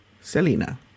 Selena